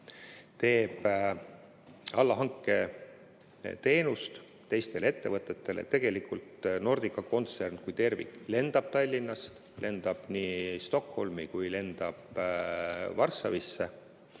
teeb allhanketeenust teistele ettevõtetele, tegelikult Nordica kontsern kui tervik teeb lende Tallinnast, lendab nii Stockholmi kui ka Varssavisse,